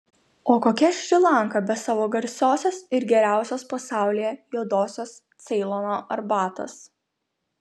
o kokia šri lanka be savo garsiosios ir geriausios pasaulyje juodosios ceilono arbatos